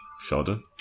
Sheldon